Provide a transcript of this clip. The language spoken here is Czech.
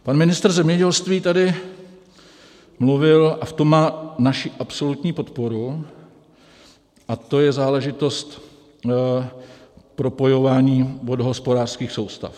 Pan ministr zemědělství tady mluvil, a v tom má naši absolutní podporu, to je záležitost propojování vodohospodářských soustav.